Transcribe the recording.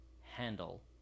handle